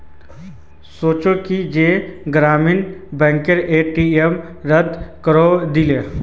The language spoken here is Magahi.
सोच छि जे ग्रामीण बैंकेर ए.टी.एम रद्द करवइ दी